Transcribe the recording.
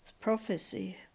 prophecy